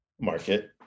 market